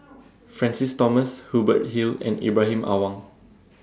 Francis Thomas Hubert Hill and Ibrahim Awang